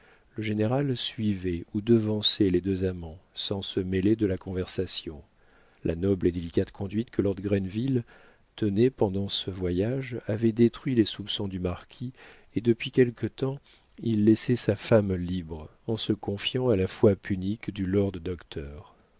le général suivait ou devançait les deux amants sans se mêler de la conversation la noble et délicate conduite que lord grenville tenait pendant ce voyage avait détruit les soupçons du marquis et depuis quelque temps il laissait sa femme libre en se confiant à la foi punique du lord docteur